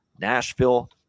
nashville